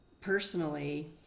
personally